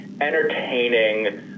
entertaining